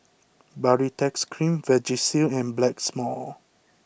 Baritex cream Vagisil and blacks more